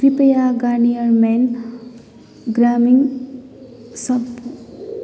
कृपया Garnier men ग्रामिङ सपु